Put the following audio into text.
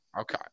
Okay